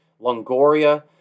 Longoria